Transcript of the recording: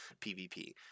PvP